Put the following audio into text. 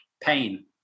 pain